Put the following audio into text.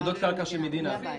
בעתודות קרקע של מדינה.